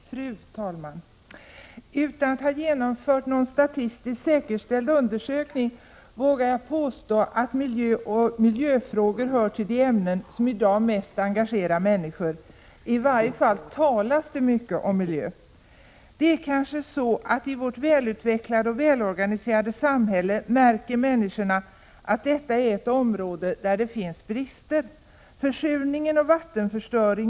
Fru talman! Utan att ha genomfört någon statistiskt säkerställd undersökning vågar jag påstå att miljö och miljöfrågor hör till de ämnen som i dag mest engagerar människor. I varje fall talas det mycket om miljö. Det är kanske så att människorna märker att detta är ett område där det finns brister i vårt välutvecklade och välorganiserade samhälle.